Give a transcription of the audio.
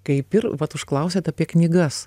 kaip ir vat užklausėt apie knygas